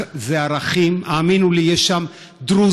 אלו ערכים, האמינו לי, יש שם דרוזים,